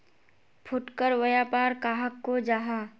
फुटकर व्यापार कहाक को जाहा?